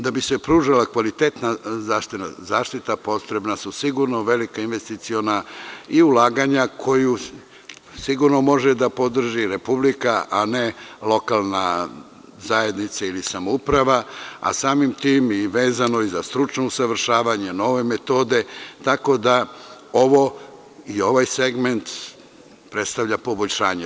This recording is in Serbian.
Da bi se pružila kvalitetna zdravstvena zaštita potrebna su sigurno velika investiciona ulaganja koje sigurno može da podrži Republika, a ne lokalna zajednica ili samouprava, a samim tim vezano i za stručno usavršavanje, nove metode, tako da ovaj segment predstavlja poboljšanje.